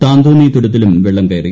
താന്തോന്നി തുരത്തിലും വെള്ളം കയറി